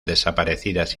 desaparecidas